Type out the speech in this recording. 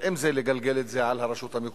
אבקש מחברי הכנסת לדחות את ההסתייגויות